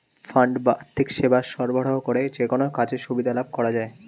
fund বা আর্থিক সেবা সরবরাহ করে যেকোনো কাজের সুবিধা লাভ করা যায়